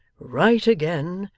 right again,